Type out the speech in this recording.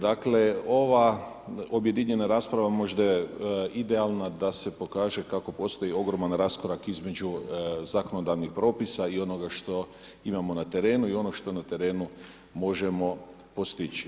Dakle, ova objedinjena rasprava možda je idealna da se pokaže kako postoji ogroman raskorak između zakonodavnih propisa i onoga što imamo na terenu i ono što na terenu možemo postići.